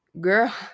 girl